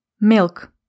Milk